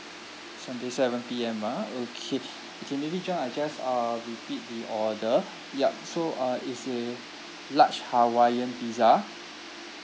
seven P~ seven P_M ah okay okay maybe john I just uh repeat the order yup so uh it's a large hawaiian pizza